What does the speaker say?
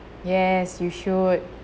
yes you should